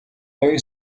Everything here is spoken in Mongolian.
оюун